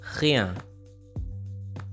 rien